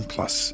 Plus